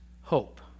hope